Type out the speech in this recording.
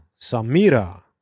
Samira